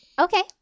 Okay